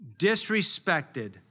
disrespected